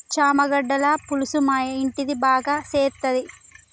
చామగడ్డల పులుసు మా ఇంటిది మా బాగా సేత్తది